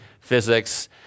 physics